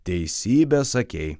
teisybę sakei